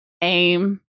Aim